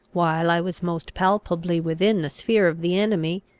while i was most palpably within the sphere of the enemy,